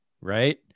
right